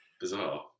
Bizarre